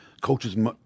coaches